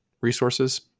resources